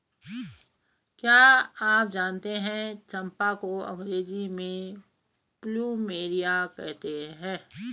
क्या आप जानते है चम्पा को अंग्रेजी में प्लूमेरिया कहते हैं?